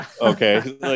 okay